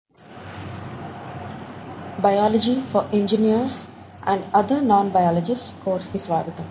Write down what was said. "biology for engineers and other non biologists" course కి స్వాగతం